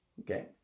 Okay